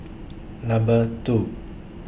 Number two